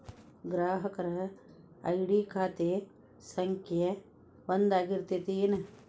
ಗ್ರಾಹಕರ ಐ.ಡಿ ಖಾತೆ ಸಂಖ್ಯೆ ಒಂದ ಆಗಿರ್ತತಿ ಏನ